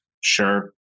Sure